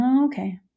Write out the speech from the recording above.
okay